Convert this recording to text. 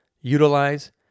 utilize